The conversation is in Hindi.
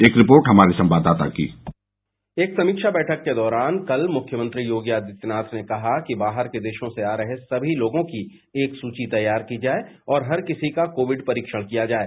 एक रिपोर्ट हमारे संवाददाता कीः एक समीक्षा बैठक के दौरान मुख्यमंत्री योगी आदित्यनाथ ने कहा कि बाहर के देरों से आ रहे समी लोगों की एक सूची तैयार की जाये और हर किसी का कोविड परीक्षण किया जाये